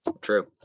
True